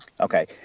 Okay